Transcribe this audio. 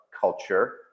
culture